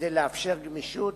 כדי לאפשר גמישות,